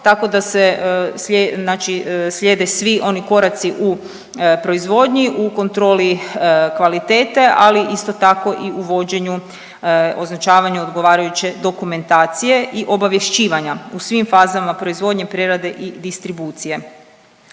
Tako da se slijede svi oni koraci u proizvodnji, u kontroli kvalitete, ali isto tako i u vođenju, označavanju odgovarajuće dokumentacije i obavješćivanja i svim fazama proizvodnje, prerade i distribucije.